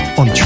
on